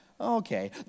Okay